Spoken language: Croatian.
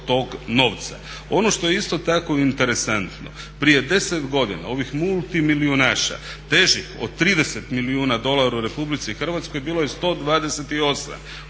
Ono što je isto tako interesantno, prije 10 godina ovih multimilijunaša težih od 30 milijuna dolara u RH bilo je 128.